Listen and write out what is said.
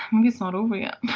maybe it's not over yet.